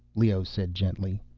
leoh said gently.